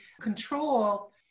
control